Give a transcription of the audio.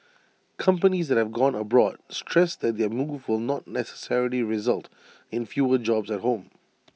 companies that have gone abroad stressed that their move will not necessarily result in fewer jobs at home